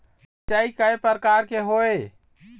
सिचाई कय प्रकार के होये?